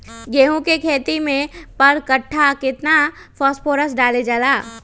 गेंहू के खेती में पर कट्ठा केतना फास्फोरस डाले जाला?